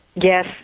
Yes